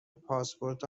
پاسپورت